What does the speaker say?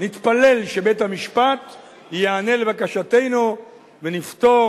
נתפלל שבית-המשפט ייענה לבקשתנו ונפתור